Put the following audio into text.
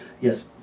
yes